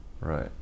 Right